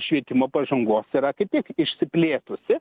švietimo pažangos yra kaip tik išsiplėtusi